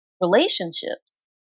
relationships